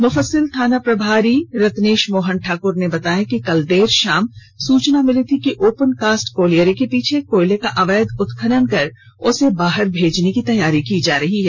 मुफस्सिल थाना प्रभारी रत्नेश मोहन ठाकुर बताया कि कल देर शाम सूचना मिली थी कि ओपन कास्ट कोलियरी के पीछे कोयले का अवैध उत्खनन कर उसे बाहर भेजने की तैयारी की जा रही है